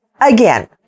Again